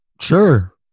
sure